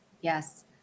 Yes